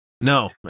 No